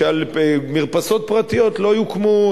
שעל מרפסות פרטיות לא יקימו.